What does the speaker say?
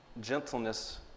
gentleness